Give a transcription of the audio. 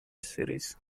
series